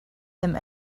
him